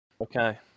Okay